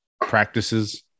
practices